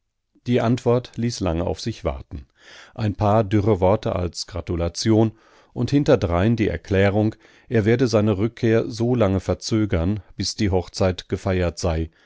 die antwort ließ lange auf sich warten ein paar dürre worte als gratulation und hinterdrein die erklärung er werde seine rückkehr so lange verzögern bis die hochzeit gefeiert sei